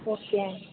okay అండి